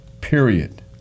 period